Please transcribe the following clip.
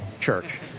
church